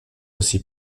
aussi